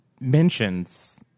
mentions